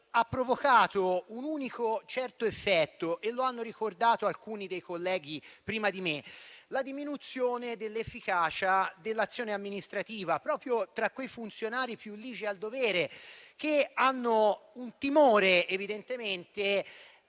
ha provocato un unico certo effetto, e lo hanno ricordato alcuni dei colleghi prima di me: la diminuzione dell'efficacia dell'azione amministrativa proprio tra i funzionari più ligi al dovere, che evidentemente